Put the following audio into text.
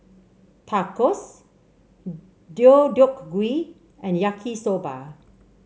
Tacos Deodeok Gui and Yaki Soba